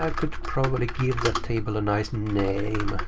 um could probably give that table a nice name.